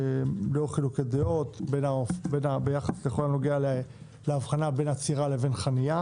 לאור חילוקי דעות בכל הנוגע להבחנה בין עצירה לבין חנייה